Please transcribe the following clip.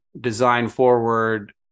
design-forward